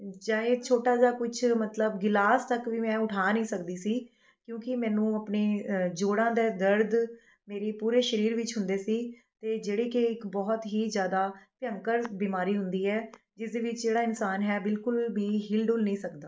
ਚਾਹੇ ਛੋਟਾ ਜਾਂ ਕੁਛ ਮਤਲਬ ਗਿਲਾਸ ਤੱਕ ਵੀ ਮੈਂ ਉਠਾ ਨਹੀਂ ਸਕਦੀ ਸੀ ਕਿਉਂਕਿ ਮੈਨੂੰ ਆਪਣੇ ਜੋੜਾਂ ਦੇ ਦਰਦ ਮੇਰੇ ਪੂਰੇ ਸਰੀਰ ਵਿੱਚ ਹੁੰਦੇ ਸੀ ਅਤੇ ਜਿਹੜੀ ਕਿ ਇੱਕ ਬਹੁਤ ਹੀ ਜ਼ਿਆਦਾ ਭਿਅੰਕਰ ਬਿਮਾਰੀ ਹੁੰਦੀ ਹੈ ਜਿਸਦੇ ਵਿੱਚ ਜਿਹੜਾ ਇਨਸਾਨ ਹੈ ਬਿਲਕੁਲ ਵੀ ਹਿੱਲਜੁੱਲ ਨਹੀਂ ਸਕਦਾ